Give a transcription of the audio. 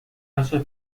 casos